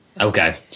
Okay